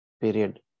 period